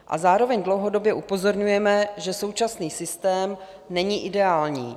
A zároveň dlouhodobě upozorňujeme, že současný systém není ideální.